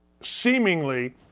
seemingly